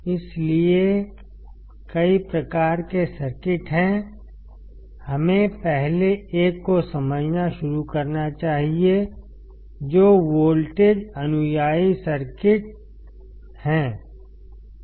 इसलिए कई प्रकार के सर्किट हैं हमें पहले एक को समझना शुरू करना चाहिए जो वोल्टेज अनुयायी सर्किट है